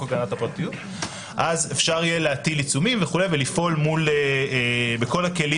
הגנת הפרטיות אז אפשר להטיל עיצומים ולפעול בכל הכלים